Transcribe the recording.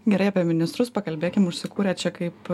gerai apie ministrus pakalbėkim užsikūrė čia kaip